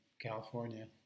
California